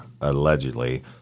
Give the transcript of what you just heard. allegedly